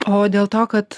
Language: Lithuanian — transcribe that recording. o dėl to kad